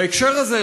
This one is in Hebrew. בהקשר הזה,